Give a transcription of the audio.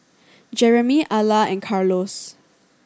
Jeremy Alla and Carlos